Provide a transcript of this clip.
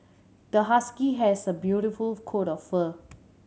the husky has a beautiful coat of fur